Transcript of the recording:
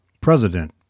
President